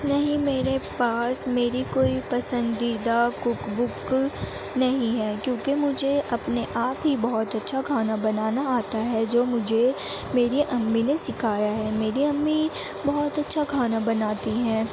نہیں میرے پاس میری کوئی پسندیدہ کک بک نہیں ہے کیوں کہ مجھے اپنے آپ ہی بہت اچھا کھانا بنانا آتا ہے جو مجھے میری امی نے سکھایا ہے میری امی بہت اچھا کھانا بناتی ہیں